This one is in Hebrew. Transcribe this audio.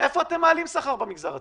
איפה אתם מעלים שכר במגזר הציבורי?